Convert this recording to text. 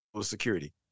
security